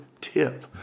tip